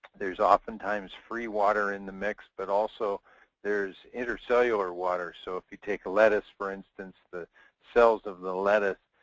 there's oftentimes free water in the mix, but also there's intercellular water. so if you take lettuce, for instance, the cells of the lettuce,